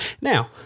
Now